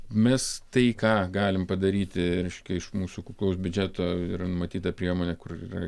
mes tai ką galim padaryti reiškia iš mūsų kuklaus biudžeto yra numatyta priemonė kur yra